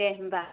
दे होनबा